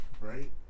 Right